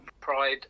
Pride